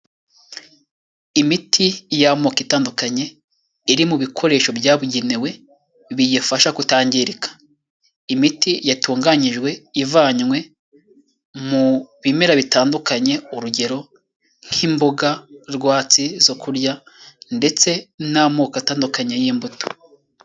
Imiti y'amoko itandukanye iri mu bikoresho byabugenewe biyifasha kutangirika, imiti yatunganyijwe ivanywe mu bimera bitandukanye urugero nk'imboga rwatsi zo kurya ndetse n'amoko atandukanye y'imbuto.